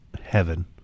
heaven